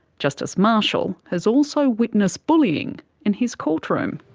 justice marshall has also witnessed bullying in his courtroom.